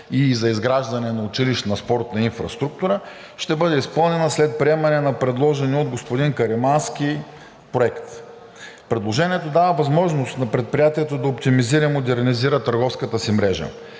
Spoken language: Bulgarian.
и за изграждане на училищна спортна инфраструктура ще бъде изпълнена след приемане на предложения от господин Каримански проект. Предложението дава възможност на предприятието да оптимизира и модернизира търговската си мрежа.